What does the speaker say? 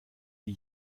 die